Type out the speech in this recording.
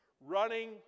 Running